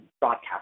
broadcast